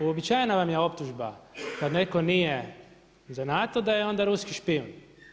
Uobičajena vam je optužba kad netko nije za NATO da je onda ruski špijun.